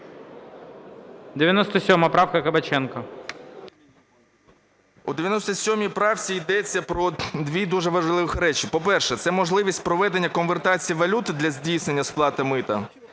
У 97 правці йдеться про дві дуже важливих речі. По-перше, це можливість проведення конвертації валюти для здійснення сплати мита.